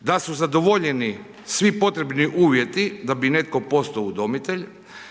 da su zadovoljeni svi potrebni uvjeti da bi netko postao udomitelj,